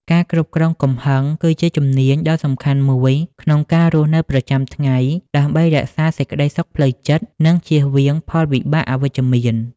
ការគ្រប់គ្រងកំហឹងគឺជាជំនាញដ៏សំខាន់មួយក្នុងការរស់នៅប្រចាំថ្ងៃ ដើម្បីរក្សាសេចក្តីសុខផ្លូវចិត្ត និងជៀសវាងផលវិបាកអវិជ្ជមាន។